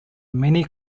many